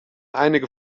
einige